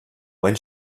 when